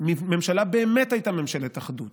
ממשלה הייתה באמת ממשלת אחדות,